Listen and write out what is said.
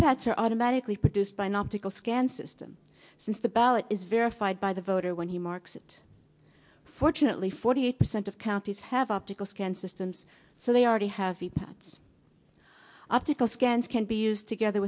pads are automatically produced by an optical scan system since the ballot is verified by the voter when he marks it fortunately forty eight percent of counties have optical scan systems so they already have the pads optical scans can be used together